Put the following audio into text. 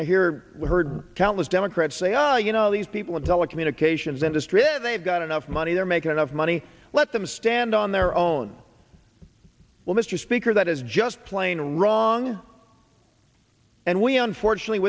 we heard countless democrats say ah you know these people in telecommunications industry they've got enough money they're making enough money let them stand on their own well mr speaker that is just plain wrong and we unfortunately